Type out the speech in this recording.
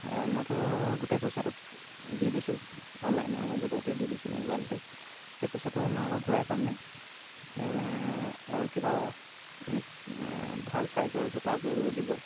আৰু মইতো গোটেই পইচাটো দি দিছোঁ অনলাইনৰ যুগতে দি দিছোঁ মোবাইলতে সেই পইচাটো মই আকৌ ঘূৰাই পামনে নে আৰু কিবা মোক ভাল চাইজৰ জোতাযোৰ দিব